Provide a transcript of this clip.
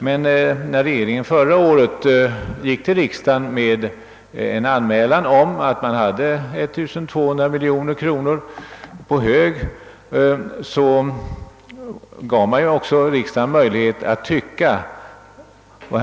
Men när regeringen förra året gick till riksdagen med en anmälan om att man hade 1200 miljoner kronor på hög gav den också riksdagen tillfälle att tycka något om deras användning.